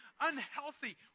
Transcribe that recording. unhealthy